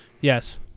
Yes